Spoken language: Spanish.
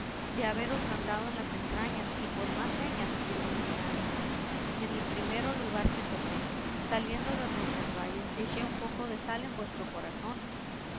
de haberos andado en las entrañas y por más señas primo de mi alma en el primero lugar que topé saliendo de roncesvalles eché un poco de sal en vuestro corazón